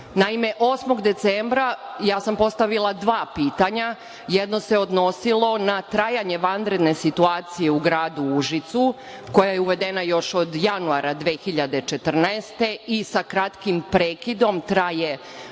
kažem. Naime, 8. decembra, postavila sam dva pitanja. Jedno se odnosilo na trajanje vanredne situacije u gradu Užicu, koja je uvedena još od januara 2014. godine i sa kratkim prekidom traje